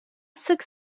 sık